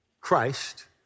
Christ